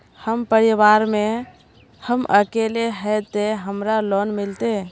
हम परिवार में हम अकेले है ते हमरा लोन मिलते?